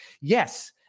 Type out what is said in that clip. Yes